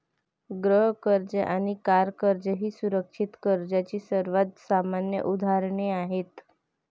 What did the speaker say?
गृह कर्ज आणि कार कर्ज ही सुरक्षित कर्जाची सर्वात सामान्य उदाहरणे आहेत